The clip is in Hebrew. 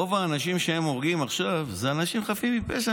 רוב האנשים שהם הורגים עכשיו הם אנשים חפים מפשע,